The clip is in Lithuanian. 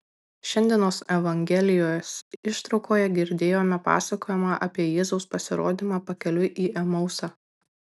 šiandienos evangelijos ištraukoje girdėjome pasakojimą apie jėzaus pasirodymą pakeliui į emausą